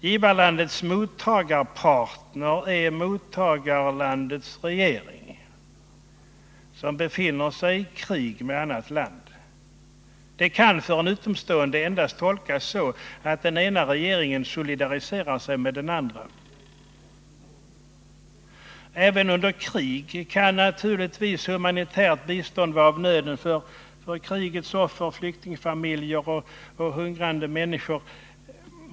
Givarlandets mottagarpartner är mottagarlandets regering, som befinner sig i krig med annat land. Detta kan för en utomstående endast tolkas så att den ena regeringen solidariserar sig med den andra. Även under krig kan naturligtvis humanitärt bistånd vara av nöden för krigets offer, flyktingfamiljer och hungrande människor.